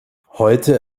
heute